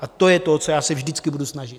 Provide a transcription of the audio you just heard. A to je to, o co já se vždycky budu snažit.